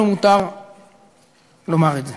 לנו מותר לומר את זה.